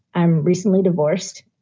i'm recently divorced.